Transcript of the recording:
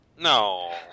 No